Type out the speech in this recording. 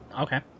okay